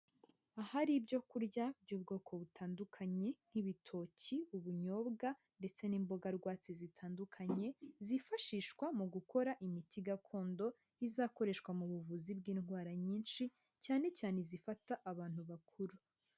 Ahari ibyo kurya by'ubwoko butandukanye nk'ibitoki, ubunyobwa ndetse n'imboga rwatsi zitandukanye zifashishwa mu gukora imiti gakondo, izakoreshwa mu buvuzi bw'indwara nyinshi, cyane cyane izifata abantu bakuru.